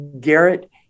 Garrett